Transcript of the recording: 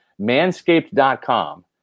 manscaped.com